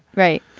right.